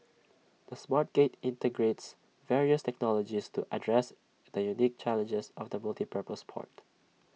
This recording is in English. the smart gate integrates various technologies to address the unique challenges of A multipurpose port